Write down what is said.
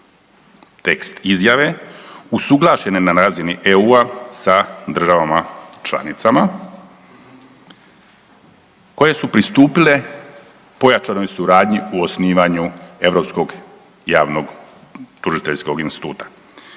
Tekst izjave usuglašen je na razini EU-a sa državama članicama koje su pristupile pojačanoj suradnji u osnivanju europskoj javnog tužiteljskog instituta.